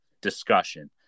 discussion